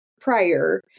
prior